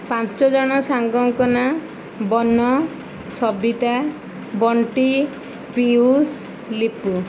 ପାଞ୍ଚଜଣ ସାଙ୍ଗଙ୍କ ନାଁ ବନ ସବିତା ବଣ୍ଟି ପିୟୁଷ ଲିପୁ